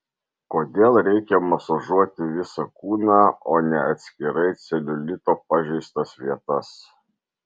kodėl reikia masažuoti visą kūną o ne atskirai celiulito pažeistas vietas